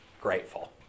grateful